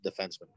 defenseman